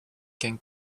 can